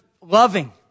loving